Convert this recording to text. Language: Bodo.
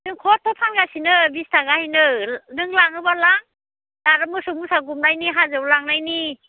जों खर्थ' फानगासिनो बिस थाखायैनो नों लाङोबा लां जाहा आरो मोसौ मोसा गुमनायनि हाजोआव लांनायनि